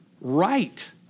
right